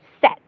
set